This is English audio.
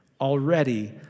Already